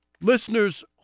listener's